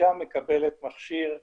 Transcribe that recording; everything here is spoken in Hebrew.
האישה מקבלת מכשיר רך,